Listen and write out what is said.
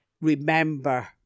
remember